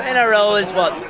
and nrl is, what,